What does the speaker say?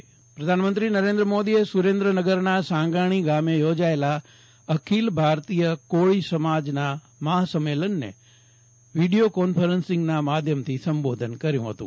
જયદિપ વૈષ્ણવ પ્રધાનમંત્રી કોળી સમાજ પ્રધાનમંત્રી નરેન્દ્ર મોદીએ સુરેન્દ્રનગરના સાંગાણી ગામે યોજાયેલા અખિલ ભારતીય કોળી સમાજ મહાસંમેલનને વીડિયો કોન્ફરન્સિંગ માધ્યમથી સંબોધન કર્યું હતું